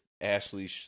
Ashley